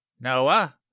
Noah